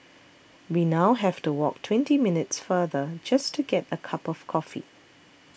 we now have to walk twenty minutes farther just to get a cup of coffee